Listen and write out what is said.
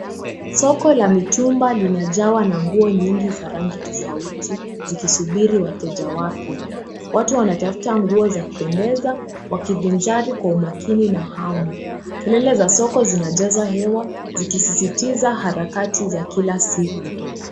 Soko la mitumba limejawa na nguo tofauti zikisubiri wateja wapya. Watu wanatafuta nguo za kupendeza wakijivinjari kwa umakini na hamu. Kelele za soko zinajaza hewa zikisisitiza harakati za kila siku.